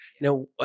Now